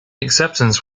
acceptance